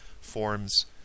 forms